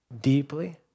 deeply